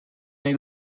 nahi